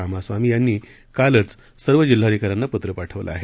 रामास्वामी यांनी कालच सर्व जिल्हाधिकाऱ्यांना पत्र पाठवलं आहे